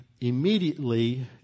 immediately